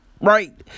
right